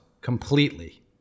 completely